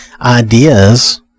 ideas